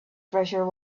treasure